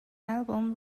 album